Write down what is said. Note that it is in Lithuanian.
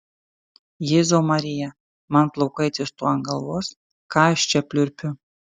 jėzau marija man plaukai atsistojo ant galvos ką aš čia pliurpiu